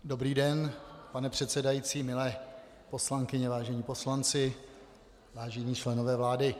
Dobrý den, pane předsedající, milé poslankyně, vážení poslanci, vážení členové vlády.